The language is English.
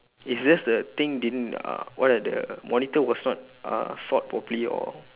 it's just the thing didn't uh one of the monitor was not uh sort properly or